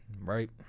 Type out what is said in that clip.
Right